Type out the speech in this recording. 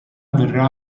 avverrà